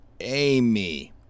Amy